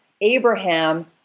Abraham